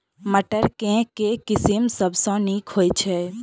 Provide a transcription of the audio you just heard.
मटर केँ के किसिम सबसँ नीक होइ छै?